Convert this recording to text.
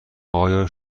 آیا